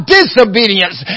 disobedience